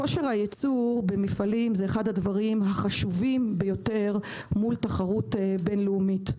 כושר הייצוא במפעלים זה אחד הדברים החשובים ביותר מול תחרות בין-לאומית.